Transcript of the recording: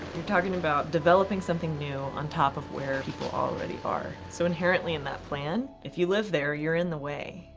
talking about developing something new on top of where people already are. so inherently in that plan, if you live there, you're in the way.